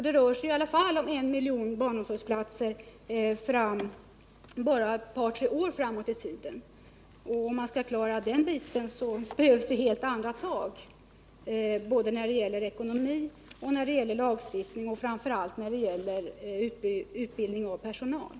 Det rör sig i alla fall om 1 miljon barnomsorgs platser under de närmaste åren. Skall man klara den biten, så behövs det helt andra tag när det gäller ekonomi och lagstiftning samt framför allt när det gäller utbildning av personal.